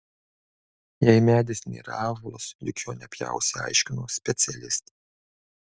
jei medis nėra ąžuolas juk jo nepjausi aiškino specialistė